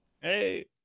Hey